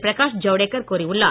பிரகாஷ் ஜவுடேகர் கூறியுள்ளார்